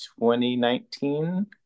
2019